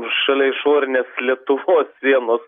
šalia išorinės lietuvos sienos